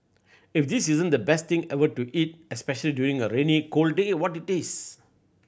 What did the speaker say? if this isn't the best thing ever to eat especially during a rainy cold day what it is